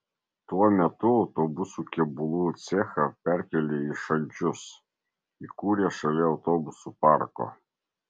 tuo metu autobusų kėbulų cechą perkėlė į šančius įkūrė šalia autobusų parko